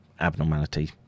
abnormality